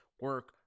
Work